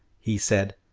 he said,